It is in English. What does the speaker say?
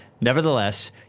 Nevertheless